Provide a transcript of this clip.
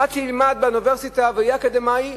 אחד שילמד באוניברסיטה ויהיה אקדמאי,